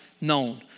known